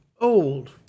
old